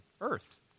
earth